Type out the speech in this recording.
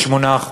ב-8%,